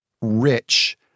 rich